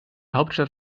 hauptstadt